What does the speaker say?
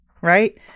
right